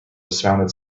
dismounted